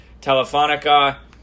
Telefonica